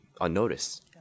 unnoticed